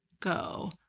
go.